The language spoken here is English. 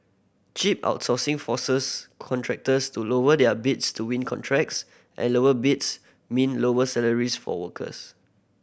cheap outsourcing forces contractors to lower their bids to win contracts and lower bids mean lower salaries for workers